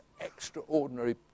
extraordinary